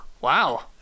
Wow